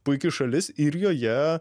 puiki šalis ir joje